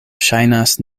ŝajnas